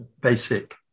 basic